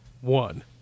one